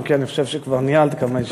אם כי אני חושב שניהלת כבר כמה ישיבות,